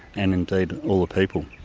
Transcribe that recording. and indeed all the people,